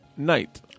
Night